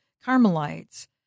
Carmelites